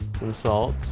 some salt,